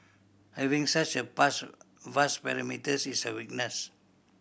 having such a vast vast perimeters is a weakness